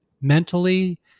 mentally